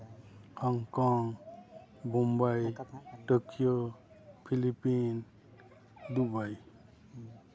Hong Kong Bombay Tokyo Philippine Dubai